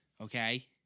Okay